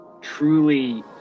truly